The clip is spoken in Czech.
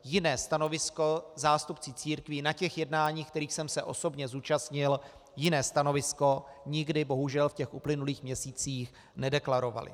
Jiné stanovisko zástupci církví na těch jednáních, kterých jsem se osobně zúčastnil, nikdy bohužel v uplynulých měsících nedeklarovali.